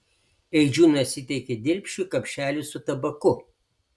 eidžiūnas įteikė dilpšui kapšelį su tabaku